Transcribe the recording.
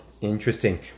Interesting